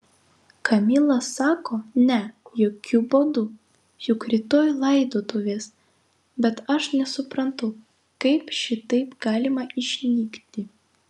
kamila sako ne jokiu būdu juk rytoj laidotuvės bet aš nesuprantu kaip šitaip galima išnykti